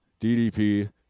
DDP